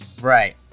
Right